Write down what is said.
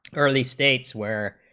early states where